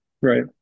Right